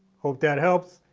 hope that helps.